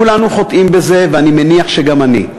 כולנו חוטאים בזה, ואני מניח שגם אני.